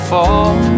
fall